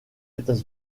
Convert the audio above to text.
états